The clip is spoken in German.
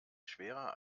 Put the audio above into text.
schwerer